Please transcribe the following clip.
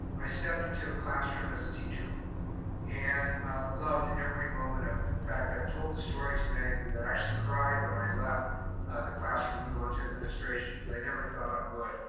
i stepped into a classroom as a teacher and loved every moment of it. in fact i've told the story to many of you that actually i cried when i left the classroom and go into administration because i never thought i would.